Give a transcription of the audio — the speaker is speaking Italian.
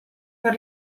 per